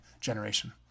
generation